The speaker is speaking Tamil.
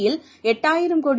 இல் எட்டாயிரம் கோடி